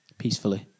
Peacefully